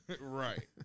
Right